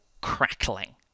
crackling